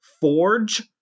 forge